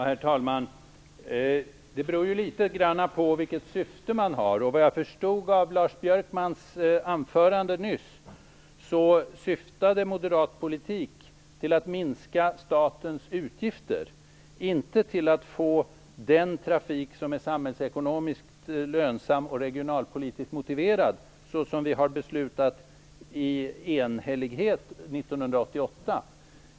Herr talman! Det beror litet på vilket syfte man har. Jag förstod av Lars Björkmans anförande nyss att moderat politik syftar till att minska statens utgifter, inte till att få den trafik som är samhällsekonomiskt lönsam och regionalpolitiskt motiverad såsom vi i enhällighet har beslutat 1988.